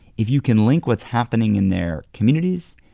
if you can link what's happening in their communities,